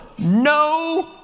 No